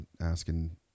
asking